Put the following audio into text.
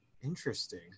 Interesting